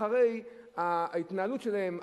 אחרי ההתנהלות שלהם,